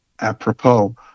apropos